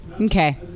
Okay